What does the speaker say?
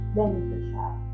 beneficial